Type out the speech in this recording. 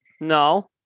No